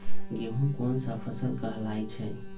गेहूँ कोन सा फसल कहलाई छई?